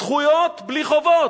זכויות בלי חובות.